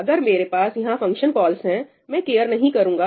अगर मेरे पास यहां फंक्शन कॉल्स है मैं केयर नहीं करूंगा